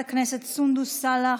חברת הכנסת סונדוס סאלח,